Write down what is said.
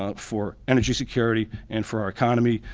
ah for energy security, and for our economy,